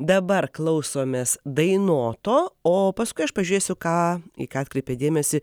dabar klausomės dainoto o paskui aš pažiūrėsiu ką į ką atkreipė dėmesį